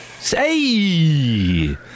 Say